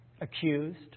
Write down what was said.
accused